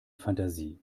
fantasie